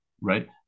right